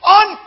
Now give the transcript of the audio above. on